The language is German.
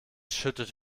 schüttet